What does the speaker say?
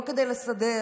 לא כדי לסדר,